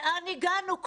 לאן הגענו?